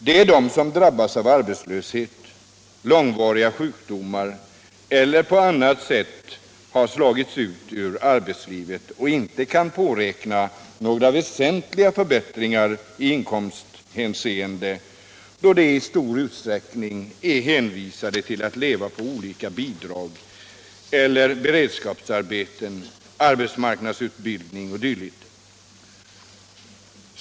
Det är de som drabbats av arbetslöshet, långvariga sjukdomar eller på annat sätt slagits ut från arbetslivet och inte kan påräkna några väsentliga förbättringar i inkomsthänseende, då de i stor utsträckning är hänvisade till att leva på olika bidrag eller beredskapsarbeten, arbetsmarknadsutbildning o. d.